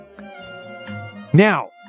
Now